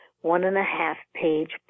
one-and-a-half-page